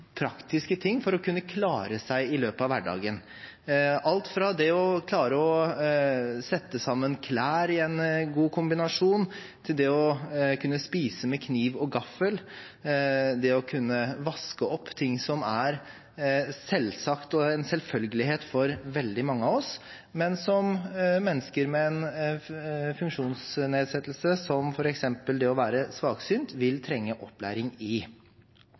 praktiske ting for å kunne klare seg i hverdagen – alt fra det å klare å sette sammen klær i en god kombinasjon til det å kunne spise med kniv og gaffel og det å kunne vaske opp – ting som er en selvfølgelighet for veldig mange av oss, men som mennesker med en funksjonsnedsettelse som f.eks. det å være svaksynt, vil trenge opplæring i.